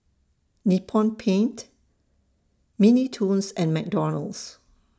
Nippon Paint Mini Toons and McDonald's